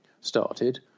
started